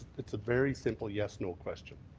it's a very simple yes-no question.